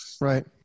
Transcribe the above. Right